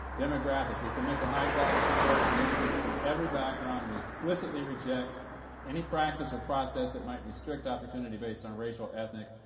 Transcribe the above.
demographic, we commit to high quality supports for young people from every background, and we explicitly reject any practice or process that might restrict opportunity based on racial, ethnic,